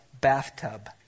bathtub